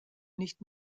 nicht